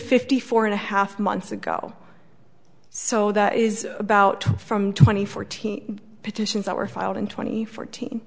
fifty four and a half months ago so that is about from twenty fourteen petitions that were filed in twenty fourteen